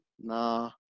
Nah